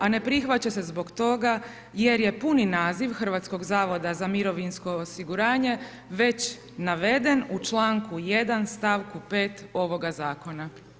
A ne prihvaća se zbog toga jer je puni naziv Hrvatskog zavoda za mirovinsko osiguranje već naveden u čl. 1. stavku 5. ovoga zakona.